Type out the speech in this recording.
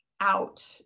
Out